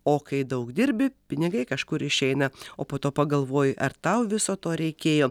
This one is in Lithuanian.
o kai daug dirbi pinigai kažkur išeina o po to pagalvoji ar tau viso to reikėjo